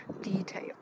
detail